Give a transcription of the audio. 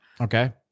Okay